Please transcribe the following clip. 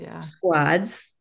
squads